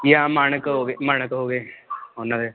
ਜਾਂ ਮਾਣਕ ਹੋਗੇ ਮਾਣਕ ਹੋ ਗਏ ਉਹਨਾਂ ਦੇ